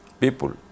people